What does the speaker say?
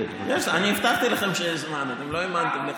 אני הבטחתי לכם שיש זמן, אתם לא האמנתם.